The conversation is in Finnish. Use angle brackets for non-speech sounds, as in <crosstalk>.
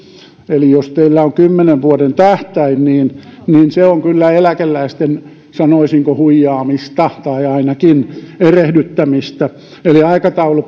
eli jos teillä on kymmenen vuoden tähtäin niin niin se on kyllä eläkeläisten sanoisinko huijaamista tai ainakin erehdyttämistä aikataulu <unintelligible>